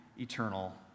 eternal